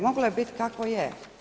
Moglo je biti kako je.